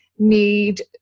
need